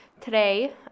today